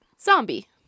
zombie